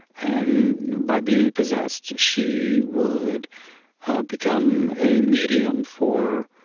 and by being possessed, she would become a medium for